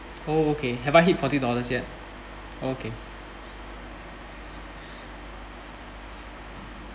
oh okay have I hit forty dollars yet okay